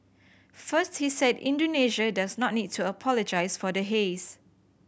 first he said Indonesia does not need to apologise for the haze